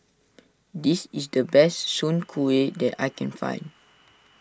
this is the best Soon Kuih that I can find